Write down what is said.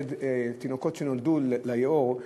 תינוקות שנולדו, ליאור,